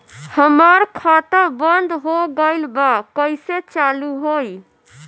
हमार खाता बंद हो गइल बा कइसे चालू होई?